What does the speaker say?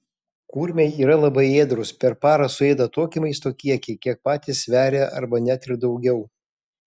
kurmiai yra labai ėdrūs per parą suėda tokį maisto kiekį kiek patys sveria arba net ir daugiau